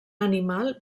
animal